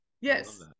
Yes